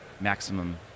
maximum